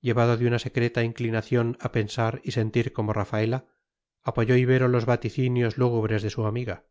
llevado de una secreta inclinación a pensar y sentir como rafaela apoyó ibero los vaticinios lúgubres de su amiga